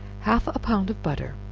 half a pound of butter,